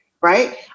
right